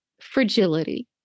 fragility